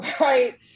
right